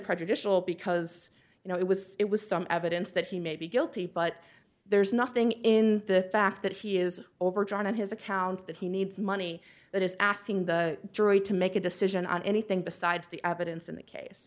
prejudicial because you know it was it was some evidence that he may be guilty but there's nothing in the fact that he is overdrawn on his account that he needs money that is asking the jury to make a decision on anything besides the evidence in the case